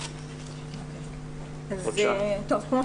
דינה